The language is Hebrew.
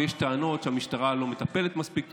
ויש טענות שהמשטרה לא מטפלת מספיק טוב,